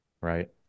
Right